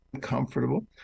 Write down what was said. comfortable